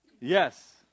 Yes